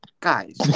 guys